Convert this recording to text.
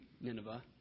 Nineveh